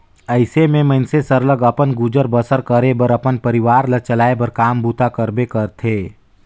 अइसे में मइनसे सरलग अपन गुजर बसर करे बर अपन परिवार ल चलाए बर काम बूता करबे करथे